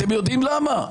אתם יודעים למה?